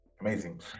Amazing